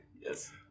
Yes